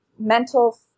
mental